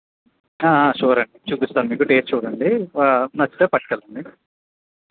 sure అండి చూపిస్తాను మీకు టెస్ట్ చూడండి నచ్చితే పట్టుకు వెళ్ళండి